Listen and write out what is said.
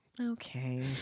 Okay